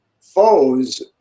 foes